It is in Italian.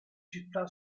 città